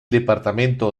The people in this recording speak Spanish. departamento